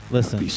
Listen